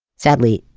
sadly,